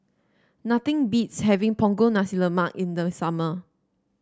nothing beats having Punggol Nasi Lemak in the summer